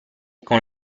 con